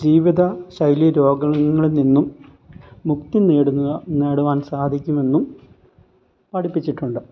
ജീവിത ശൈലി രോഗങ്ങളിൽ നിന്നും മുക്തിനേടുന്ന നേടുവാൻ സാധിക്കുമെന്നും എന്നും പഠിപ്പിച്ചിട്ടുണ്ട്